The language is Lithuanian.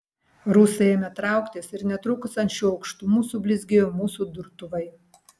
rusai ėmė trauktis ir netrukus ant šių aukštumų sublizgėjo mūsų durtuvai